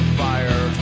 fire